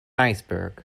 iceberg